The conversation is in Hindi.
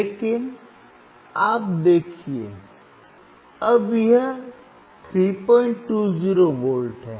लेकिन आप देखिए अब यह 320V है